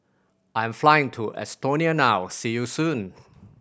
I am flying to Estonia now see you soon